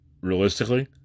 realistically